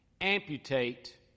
Amputate